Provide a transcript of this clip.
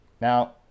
Now